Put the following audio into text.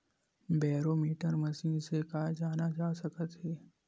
Barometer machine से का जाना जा सकत हे?